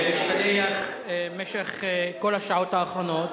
דברי הבלע שלך, שהשתלח במשך כל השעות האחרונות,